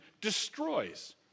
destroys